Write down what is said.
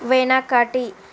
వెనకటి